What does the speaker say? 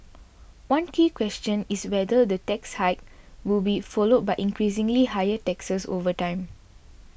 one key question is whether the tax hike will be followed by increasingly higher taxes over time